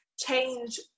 change